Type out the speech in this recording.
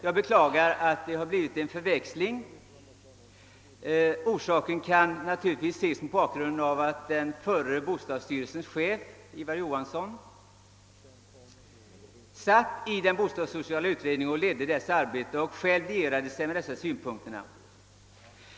Jag beklagar att det har blivit en förväxling; orsaken kan naturligtvis vara att bostadsstyrelsens förre chef, Ivar Johansson, ledde den bostadssociala utredningens arbete och själv anslöt sig till dessa synpunkter.